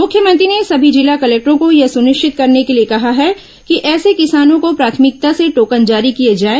मुख्यमंत्री ने सभी जिला कलेक्टरों को यह सुनिश्चित करने के लिए कहा है कि ऐसे किसानों को प्राथमिकता से टोकन जारी किए जाए